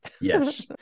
yes